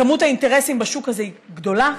כמות האינטרסים בשוק הזה היא גדולה.